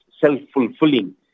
self-fulfilling